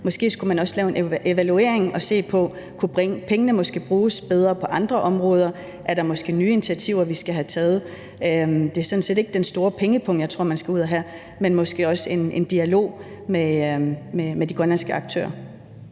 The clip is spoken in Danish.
studerende og sådan noget, måske kunne bruges bedre på andre områder. Er der måske nye initiativer, vi skal have taget? Det er sådan set ikke den store pengepung, jeg tror man skal ud og have frem, men måske mere en dialog med de grønlandske aktører.